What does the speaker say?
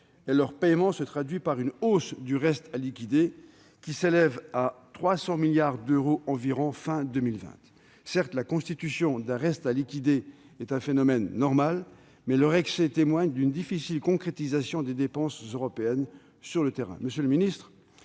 et leur paiement se traduit par une hausse du reste à liquider, qui s'élève à 300 milliards d'euros environ à la fin de l'année 2020. Certes, la constitution d'un reste à liquider est un phénomène normal, mais son excès témoigne d'une difficile concrétisation des dépenses européennes sur le terrain.